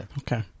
Okay